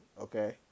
okay